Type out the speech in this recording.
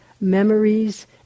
memories